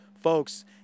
folks